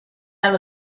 out